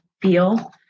feel